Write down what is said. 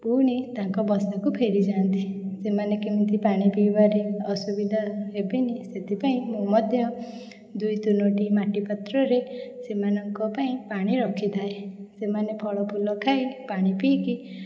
ପୁଣି ତାଙ୍କ ବସାକୁ ଫେରିଯାଆନ୍ତି ସେମାନେ କେମିତି ପାଣି ପିଇବାରେ ଅସୁବିଧା ହେବନି ସେଥିପାଇଁ ମୁଁ ମଧ୍ୟ ଦୁଇ ତିନୋଟି ମାଟିପାତ୍ରରେ ସେମାନଙ୍କ ପାଇଁ ପାଣି ରଖିଥାଏ ସେମାନେ ଫଳଫୁଲ ଖାଇ ପାଣିପିଇକି